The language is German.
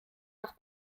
nach